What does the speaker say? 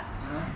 (uh huh)